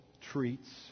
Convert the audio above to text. treats